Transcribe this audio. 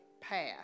path